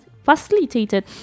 facilitated